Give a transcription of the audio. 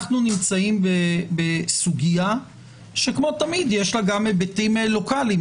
אנחנו נמצאים בסוגיה שכמו תמיד יש לה גם היבטים לוקליים,